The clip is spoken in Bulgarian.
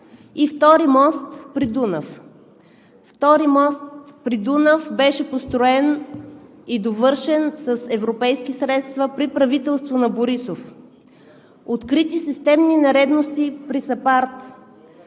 и втория мост при Дунав? Вторият мост при Дунав беше построен и довършен с европейски средства при правителството на Борисов. Открити са системни нередности при САПАРД.